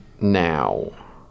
now